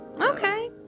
okay